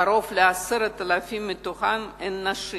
קרוב ל-10,000 הן נשים.